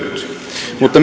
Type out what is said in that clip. mutta